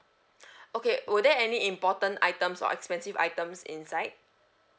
okay were there any important items or expensive items inside